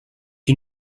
you